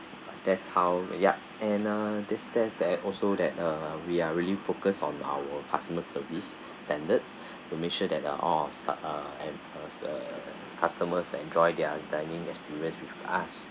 that's how ya and uh this stands that also that uh we are really focus on our customer service standards to make sure that uh all our sta~ uh have us uh customers enjoy their dining experience with us